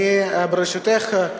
ברשותך,